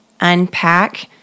unpack